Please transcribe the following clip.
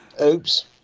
Oops